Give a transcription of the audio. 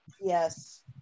Yes